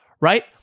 right